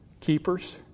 keepers